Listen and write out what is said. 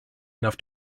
enough